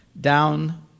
down